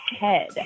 head